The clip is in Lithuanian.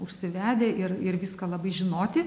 užsivedę ir ir viską labai žinoti